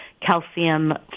calcium